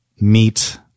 meet